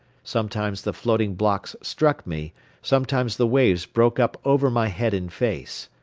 sometimes the floating blocks struck me sometimes the waves broke up over my head and face.